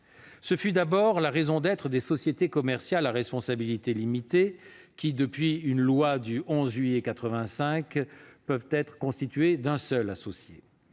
Ce fut d'abord la raison d'être des sociétés commerciales à responsabilité limitée, qui, depuis une loi du 11 juillet 1985, peuvent être constituées d'un seul associé.